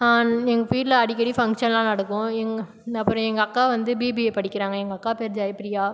எங்கள் வீட்டில் அடிக்கடி ஃபங்ஷன்லாம் நடக்கும் எங்கள் அப்புறம் எங்கள் அக்கா வந்து பிபிஏ படிக்கிறாங்க எங்கள் அக்கா பேர் ஜெயப்பிரியா